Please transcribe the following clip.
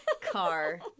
car